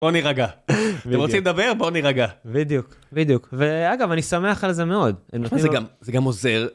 בוא נירגע, אתם רוצים לדבר? בוא נירגע. בדיוק, בדיוק. ואגב, אני שמח על זה מאוד. זה גם עוזר.